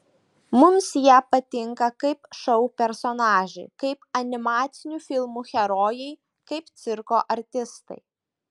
mums jie patinka kaip šou personažai kaip animacinių filmų herojai kaip cirko artistai